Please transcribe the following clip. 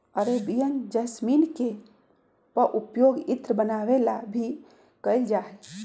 Arabian jasmine के पउपयोग इत्र बनावे ला भी कइल जाहई